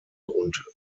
und